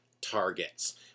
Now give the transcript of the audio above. targets